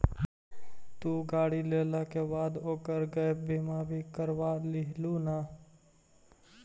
तु गाड़ी लेला के बाद ओकर गैप बीमा भी करवा लियहून